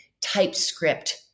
typescript